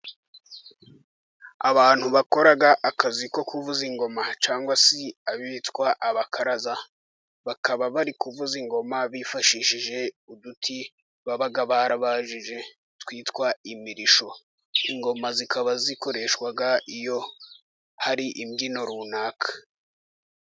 Abantu bakora akazi ko kuvuza ingoma cyangwa se abitwa abakaraza, bakaba bari kuvuza ingoma bifashishije uduti baba barabajije twitwa imirishyo, ingoma zikaba zikoreshwa iyo hari imbyino runaka.